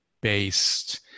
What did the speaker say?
based